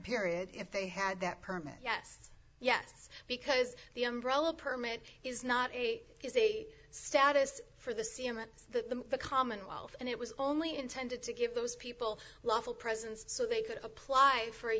period if they had that permit yes yes because the umbrella permit is not a is a status for the c m a the commonwealth and it was only intended to give those people lawful presence so they could apply for a